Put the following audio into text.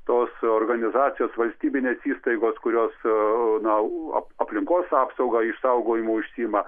tos organizacijos valstybinės įstaigos kurios o na u aplinkos apsauga išsaugojimu užsiima